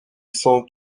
sont